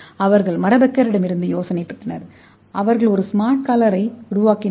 அவர்கள் மர பெக்கரிடமிருந்து யோசனையை பெற்றார்கள் அவர்கள் ஒரு ஸ்மார்ட் காலரை உருவாக்கினார்கள்